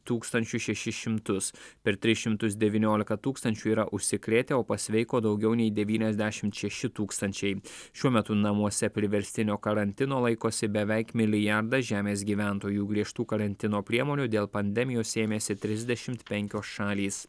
tūkstančių šešis šimtus per tris šimtus devyniolika tūkstančių yra užsikrėtę o pasveiko daugiau nei devyniasdešimt šeši tūkstančiai šiuo metu namuose priverstinio karantino laikosi beveik milijardas žemės gyventojų griežtų karantino priemonių dėl pandemijos ėmėsi trisdešimt penkios šalys